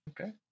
Okay